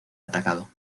atacado